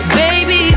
baby